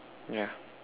yeah